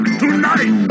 tonight